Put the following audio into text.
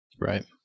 Right